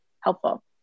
helpful